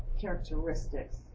characteristics